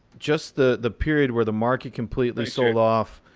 just the the period where the market completely sold off,